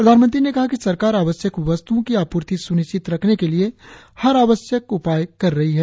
प्रधानमंत्री ने कहा कि सरकार आवश्यक वस्त्ओं की आपूर्ति स्निश्चित रखने के लिए हर आवश्यक उपाय कर रही है